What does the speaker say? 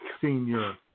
senior